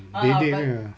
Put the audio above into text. mm belek punya